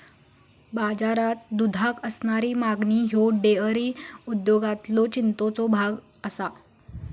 बाजारात दुधाक असणारी मागणी ह्यो डेअरी उद्योगातलो चिंतेचो भाग आसा